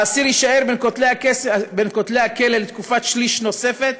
האסיר יישאר בין כותלי הכלא לתקופת שליש נוספת,